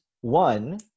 one